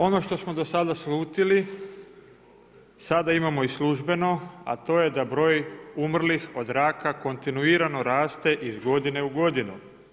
Ono što smo do sada slutili, sada imamo i službeno a to je da broj umrlih od raka kontinuirano raste iz godine u godinu.